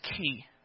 key